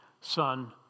son